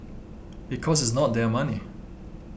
because it's not their money